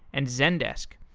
and zendesk.